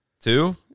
Two